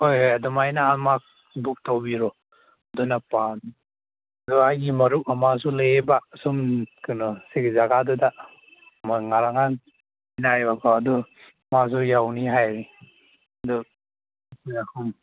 ꯍꯣꯏ ꯍꯣꯏ ꯑꯗꯨꯃꯥꯏꯅ ꯑꯃ ꯕꯨꯛ ꯇꯧꯕꯤꯔꯣ ꯑꯗꯨꯅ ꯄꯥꯝꯃꯤ ꯑꯗꯣ ꯑꯩꯒꯤ ꯃꯔꯨꯞ ꯑꯃꯁꯨ ꯂꯩꯌꯦꯕ ꯁꯨꯝ ꯀꯩꯅꯣ ꯁꯤꯒꯤ ꯖꯥꯒꯥꯗꯨꯗ ꯃꯣꯏ ꯉꯔꯥꯡ ꯅꯍꯥꯟ ꯑꯗꯨ ꯃꯥꯁꯨ ꯌꯥꯎꯅꯤꯡꯉꯦ ꯍꯥꯏꯕꯅꯤ ꯑꯗꯨ ꯃꯤ ꯑꯍꯨꯝ